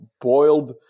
boiled